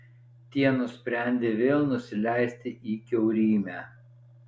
tie nusprendė vėl nusileisti į kiaurymę